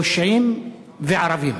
פושעים וערבים.